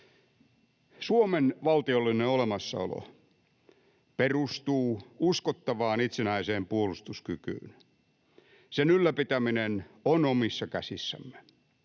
Suomen valtiollinen olemassaolo perustuu uskottavaan itsenäiseen puolustuskykyyn. Sen ylläpitäminen on omissa käsissämme.